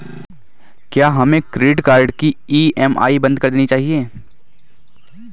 क्या हमें credit card की ई.एम.आई बंद कर देनी चाहिए?